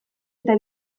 eta